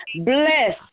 bless